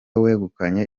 wegukanye